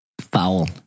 Foul